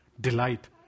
delight